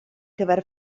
gyfer